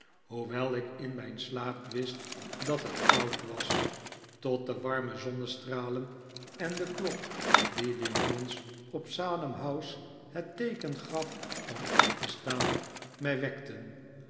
hoewel ik in mijn slaap wist dat het koud was tot de warme zoniiestralen en de klok die de jongens op salem house het teeken gaf om op te staan mij wekten